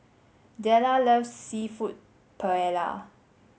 Della loves Seafood Paella